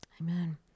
Amen